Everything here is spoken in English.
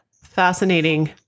Fascinating